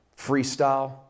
freestyle